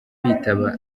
bitaba